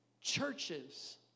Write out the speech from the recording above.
churches